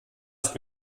ist